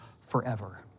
forever